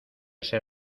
ser